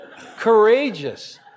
courageous